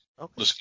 Okay